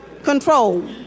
control